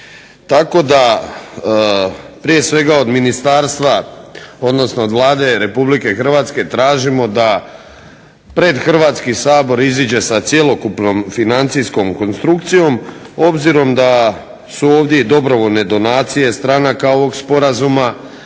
Tako da prije svega od ministarstva odnosno od Vlade Republike Hrvatske tražimo da pred Hrvatski sabor izađe sa cjelokupnom financijskom konstrukcijom obzirom da su ovdje i dobrovoljne donacije stranaka ovog sporazuma.